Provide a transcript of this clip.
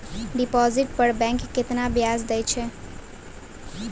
Deposit पर bank केतना ब्याज दै छै?